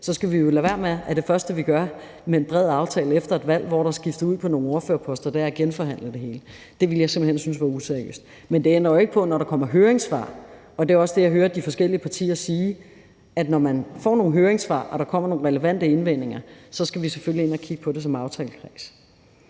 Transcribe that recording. skal vi jo lade være med som det første, vi gør med en bred aftale efter et valg, hvor der er skiftet ud på nogle ordførerposter, at genforhandle det hele. Det ville jeg simpelt hen synes var useriøst. Men det ændrer ikke på, at når der kommer høringssvar – og det er også det, jeg hører de forskellige partier sige – og der kommer nogle relevante indvendinger, skal vi selvfølgelig ind og kigge på det som aftalekreds.